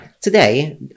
Today